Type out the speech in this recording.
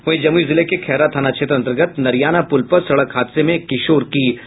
वहीं जमुई जिले के खैरा थाना क्षेत्र अंतर्गत नरियाना पुल पर सड़क हादसे में एक किशोर की मौत हो गयी